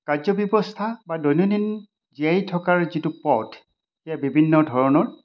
কাৰ্য ব্যৱস্থা বা দৈনন্দিন জীয়াই থকাৰ যিটো পথ সেয়া বিভিন্ন ধৰণৰ